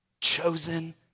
chosen